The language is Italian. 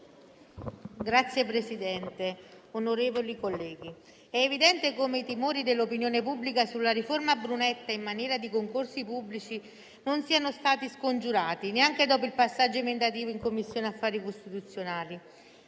Signor Presidente, onorevoli colleghi, è evidente come i timori dell'opinione pubblica sulla cosiddetta riforma Brunetta in materia di concorsi pubblici non siano stati scongiurati, neanche dopo il passaggio emendativo in Commissione affari costituzionali.